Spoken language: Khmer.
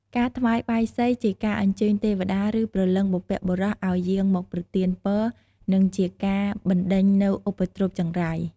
ការថ្វាយបាយសីជាការអញ្ជើញទេវតា ឬព្រលឹងបុព្វបុរសឱ្យយាងមកប្រទានពរ និងជាការបណ្ដេញនូវឧបទ្រពចង្រៃ។